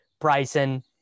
Bryson